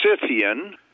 Scythian